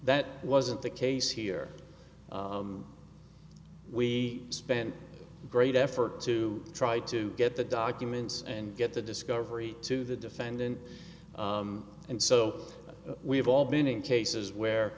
that wasn't the case here we spent a great effort to try to get the documents and get the discovery to the defendant and so we've all been in cases